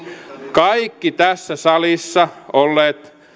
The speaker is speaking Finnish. kaikki tässä salissa ovat olleet